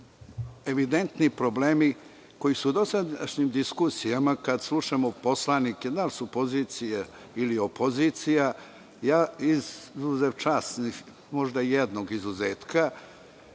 evidentni problemi koji su u dosadašnjim diskusijama, kada slušamo poslanike, da li su pozicija ili opozicija, ja, izuzev možda jednog izuzetka,